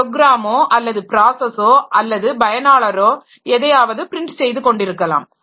ப்ரோக்ராமோ அல்லது ப்ராஸஸாே அல்லது பயனாளரோ எதையாவது பிரின்ட் செய்துகாெண்டிருக்கலாம்